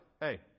hey